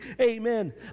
Amen